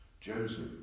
Joseph